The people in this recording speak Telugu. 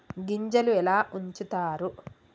గింజలు ఎలా ఉంచుతారు?